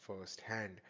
firsthand